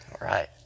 right